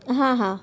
હા હા